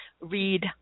read